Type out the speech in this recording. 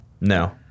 No